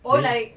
mm